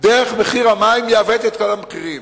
דרך מחיר המים, יעוות את כל המחירים,